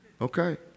Okay